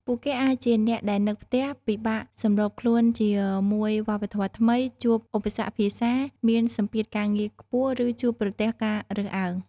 ពួកគេអាចជាអ្នកដែលនឹកផ្ទះ ពិបាកសម្របខ្លួនជាមួយវប្បធម៌ថ្មី ជួបឧបសគ្គភាសា មានសម្ពាធការងារខ្ពស់ ឬជួបប្រទះការរើសអើង ។